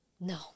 No